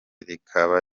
rikaba